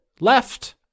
left